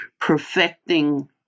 perfecting